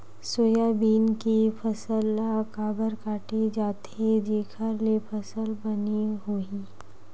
Soybean के फसल ल काबर काटे जाथे जेखर ले फसल बने होही?